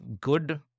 good